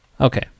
Okay